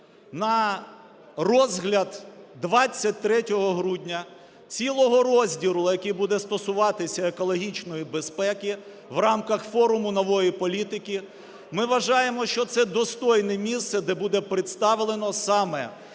на розгляд 23 грудня цілого розділу, який буде стосуватися екологічної безпеки в рамках форуму нової політики, ми вважаємо, що це достойне місце, де буде представлена саме